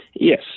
Yes